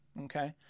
okay